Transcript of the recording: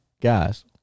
guys